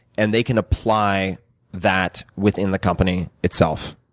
and they can apply that within the company itself.